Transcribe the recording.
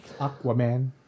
Aquaman